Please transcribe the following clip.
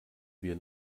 wir